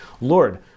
Lord